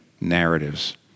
narratives